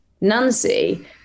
Nancy